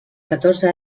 catorze